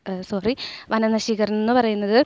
sorry വനനശീകരണം എന്ന് പറയുന്നത്